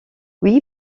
oui